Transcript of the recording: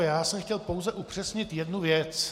Já jsem chtěl pouze upřesnit jednu věc.